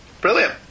Brilliant